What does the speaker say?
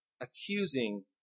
accusing